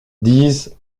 disent